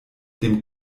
dem